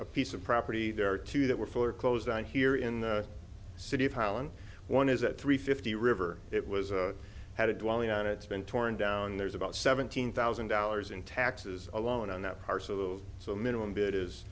a piece of property there are two that were foreclosed on here in the city of holland one is a three fifty river it was a had a dwelling on it it's been torn down there's about seventeen thousand dollars in taxes alone on that parcel so minimum bid is